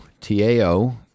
T-A-O